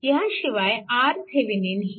ह्याशिवाय RThevenin ही